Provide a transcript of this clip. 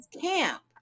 camp